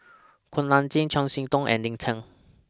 Kuak Nam Jin Chiam See Tong and Lin Chen